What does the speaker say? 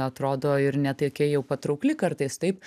atrodo ir ne tokia jau patraukli kartais taip